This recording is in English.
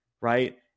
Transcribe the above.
right